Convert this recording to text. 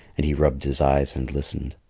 and he rubbed his eyes and listened.